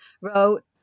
wrote